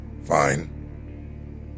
fine